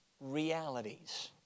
realities